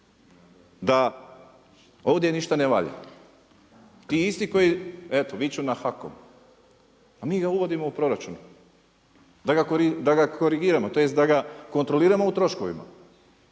da ovdje ništa ne valja. Ti isti koji, eto viču na HAKOM a mi ga uvodimo u proračun, da ga korigiramo, tj. da ga kontroliramo u troškovima